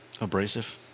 abrasive